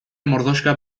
mordoxka